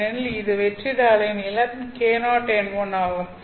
ஏனெனில் இது வெற்றிட அலைநீளம் k0n1 ஆகும்